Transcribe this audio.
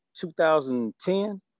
2010